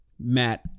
Matt